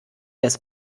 des